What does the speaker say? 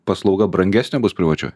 paslauga brangesnė bus privačioj